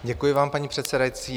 Děkuji vám, paní předsedající.